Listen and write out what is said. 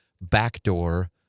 Backdoor